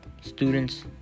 students